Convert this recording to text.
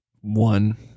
One